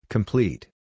Complete